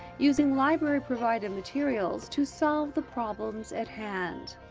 using library provided materials to solve the problems at hand.